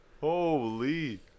Holy